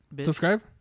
Subscribe